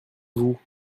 vous